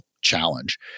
challenge